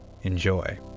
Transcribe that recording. Enjoy